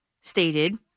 stated